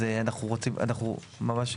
אז אנחנו רוצים --- בעצם,